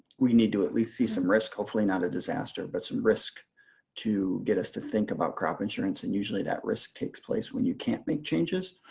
we need to at least see some risk. hopefully not a disaster, but some risk to get us to think about crop insurance and usually that risk takes place when you can't make changes.